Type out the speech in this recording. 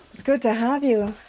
it's good to have you.